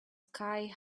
sky